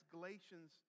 Galatians